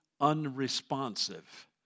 unresponsive